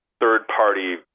third-party